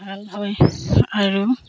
ভাল হয় আৰু